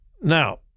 Now